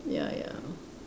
ya ya